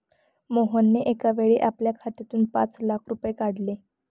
मोहनने एकावेळी आपल्या खात्यातून पाच लाख रुपये काढले